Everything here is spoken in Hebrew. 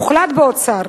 הוחלט באוצר